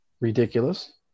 ridiculous